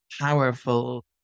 powerful